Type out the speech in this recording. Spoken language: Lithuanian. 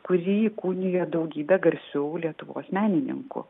kurį įkūnija daugybė garsių lietuvos menininkų